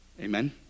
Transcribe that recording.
Amen